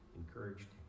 encouraged